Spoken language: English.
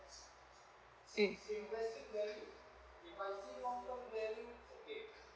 mm